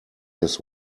his